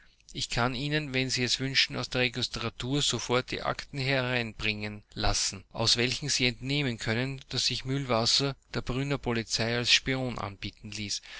ich kann ihnen wenn sie es wünschen aus der registratur sofort die akten hereinbringen lassen aus welchen sie entnehmen können daß sich mühlwasser der brünner polizei als spion anbieten ließ